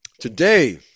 Today